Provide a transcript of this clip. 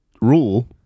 rule